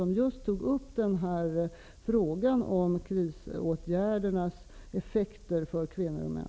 Där tog man upp just frågan om krisåtgärdernas effekter för kvinnor och män.